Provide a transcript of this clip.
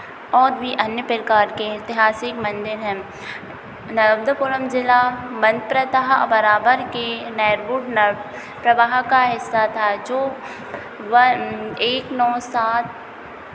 और भी अन्य प्रकार के ऐतिहासिक मंदिर हैं नन्दपुरम जिला मंत्रतः बराबर के प्रवाह का हिस्सा था जो वन एक नौ सात